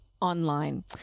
online